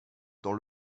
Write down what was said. dans